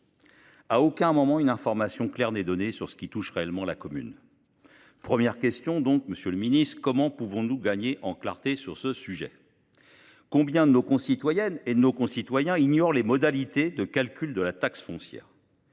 À aucun moment une information claire n’est donnée sur ce que touche réellement la commune. D’où ma première question, monsieur le ministre : comment pouvons-nous gagner en clarté sur le sujet ? Combien de nos concitoyennes et de nos concitoyens ignorent les modalités de calcul de la taxe foncière ?